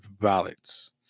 ballots